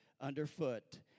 underfoot